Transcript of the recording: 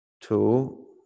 two